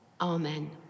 Amen